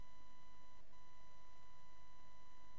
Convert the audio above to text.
רואה